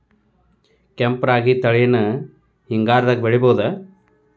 ಕೆಂಪ ರಾಗಿ ತಳಿನ ಹಿಂಗಾರದಾಗ ಬೆಳಿಬಹುದ?